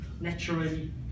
Naturally